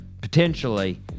potentially